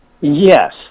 Yes